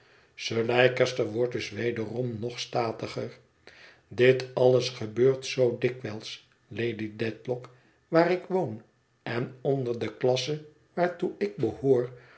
sir leicester wordt dus wederom nog statiger dit alles gebeurt zoo dikwijls lady dedlock waar ik woon en onder de klasse waartoe ik behoor